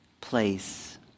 place